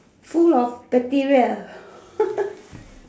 full of bacteria